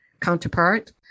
Counterpart